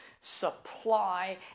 supply